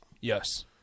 Yes